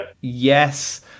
yes